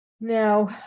Now